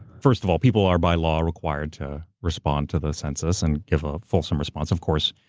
first of all, people are, by law, required to respond to the census and give a fulsome response. of course,